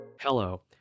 Hello